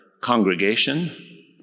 congregation